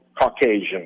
Caucasian